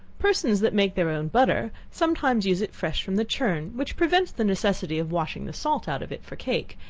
persons that make their own butter sometimes use it fresh from the churn, which prevents the necessity of washing the salt out of it for cake,